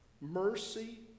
mercy